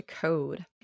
Code